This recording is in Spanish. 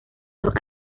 los